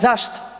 Zašto?